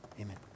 Amen